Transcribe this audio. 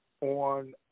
on